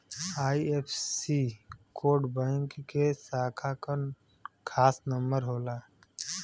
IFSC code bank के शाखा क खास नंबर होला